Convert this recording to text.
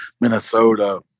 Minnesota